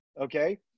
Okay